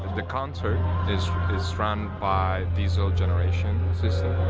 the concert is is run by diesel generation system.